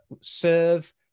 serve